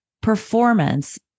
performance